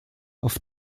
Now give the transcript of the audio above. auf